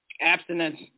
Abstinence